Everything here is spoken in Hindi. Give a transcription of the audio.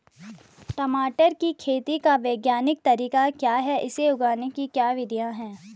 टमाटर की खेती का वैज्ञानिक तरीका क्या है इसे उगाने की क्या विधियाँ हैं?